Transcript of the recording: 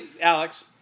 Alex